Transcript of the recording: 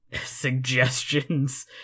suggestions